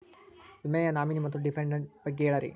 ವಿಮಾ ನಾಮಿನಿ ಮತ್ತು ಡಿಪೆಂಡಂಟ ಬಗ್ಗೆ ಹೇಳರಿ?